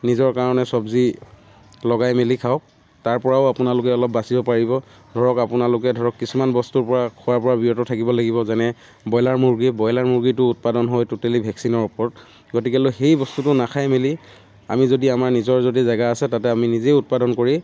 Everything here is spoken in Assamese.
নিজৰ কাৰণে চব্জি লগাই মেলি খাওক তাৰপৰাও আপোনালোকে অলপ বাচিব পাৰিব ধৰক আপোনালোকে ধৰক কিছুমান বস্তুৰ পৰা খোৱাৰ পৰা বিৰত থাকিব লাগিব যেনে ব্ৰইলাৰ মুৰ্গী ব্ৰইলাৰ মুৰ্গীটো উৎপাদন হয় টোটেলী ভেকচিনৰ ওপৰত গতিকে লৈ সেই বস্তুটো নাখাই মেলি আমি যদি আমাৰ নিজৰ যদি জাগা আছে তাতে আমি নিজেই উৎপাদন কৰি